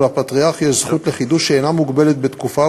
הפטריארך יש זכות לחידוש שאינה מוגבלת בתקופה,